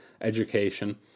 education